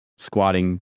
Squatting